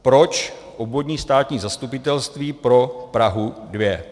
Proč Obvodní státní zastupitelství pro Prahu 2?